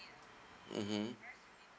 mmhmm